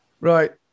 Right